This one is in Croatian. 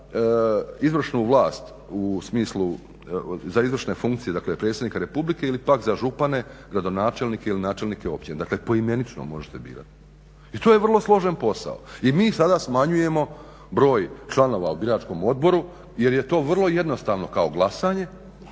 izvršnu vlast u smislu, za izvršne funkcije dakle predsjednika Republike ili pak za župane, gradonačelnike ili načelnike općina. Dakle, poimenično možete birati i to je vrlo složen posao. I mi sada smanjujemo broj članova u biračkom odboru jer je to vrlo jednostavno kao glasanje